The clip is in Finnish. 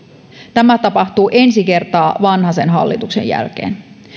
tämä tapahtuu ensi kertaa vanhasen hallituksen jälkeen